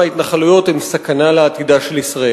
ההתנחלויות הן סכנה לעתידה של ישראל.